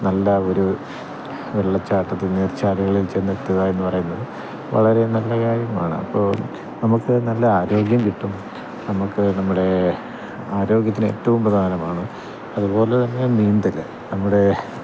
നല്ല ഒരു വെള്ളച്ചാട്ടത്തിൽ നീർച്ചാലുകളിൽ ചെന്നെത്തുക എന്ന് പറയുന്നത് വളരെ നല്ല കാര്യമാണ് അപ്പോള് നമ്മള്ക്ക് നല്ല ആരോഗ്യം കിട്ടും നമ്മള്ക്ക് നമ്മുടെ ആരോഗ്യത്തിന് ഏറ്റവും പ്രധാനമാണ് അതുപോലെ തന്നെ നീന്തല് അവിടെ